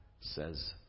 says